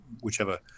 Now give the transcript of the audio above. whichever